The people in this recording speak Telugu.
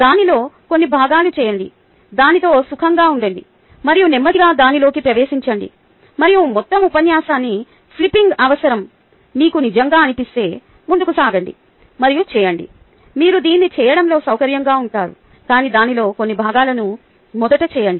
దానిలో కొన్ని భాగాలు చేయండి దానితో సుఖంగా ఉండండి మరియు నెమ్మదిగా దానిలోకి ప్రవేశించండి మరియు మొత్తం ఉపన్యాసాన్ని ఫ్లిప్పింగ్ అవసరం మీకు నిజంగా అనిపిస్తే ముందుకు సాగండి మరియు చేయండి మీరు దీన్ని చేయడంలో సౌకర్యంగా ఉంటారు కాని దానిలో కొన్ని భాగాలను మొదట చేయండి